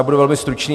Já budu velmi stručný.